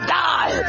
die